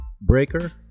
Breaker